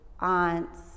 aunts